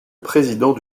président